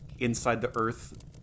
inside-the-earth